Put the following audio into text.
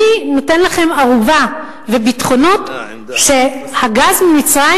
מי נותן לכם ערובה וביטחונות שהגז ממצרים